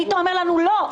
היית אומר לנו: לא,